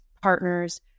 partners